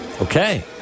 Okay